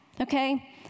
okay